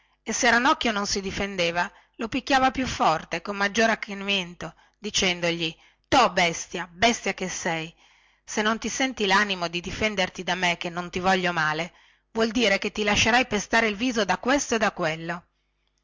e se ranocchio non si difendeva lo picchiava più forte con maggiore accanimento egli diceva to bestia bestia sei se non ti senti lanimo di difenderti da me che non ti voglio male vuol dire che ti lascerai pestare il viso da questo e da quello